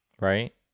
right